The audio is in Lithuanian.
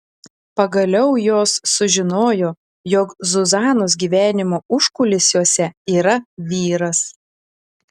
pagaliau jos sužinojo jog zuzanos gyvenimo užkulisiuose yra vyras